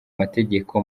mategeko